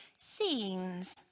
scenes